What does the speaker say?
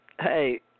hey